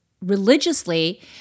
religiously